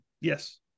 Yes